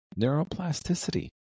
Neuroplasticity